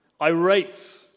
Irate